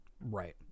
Right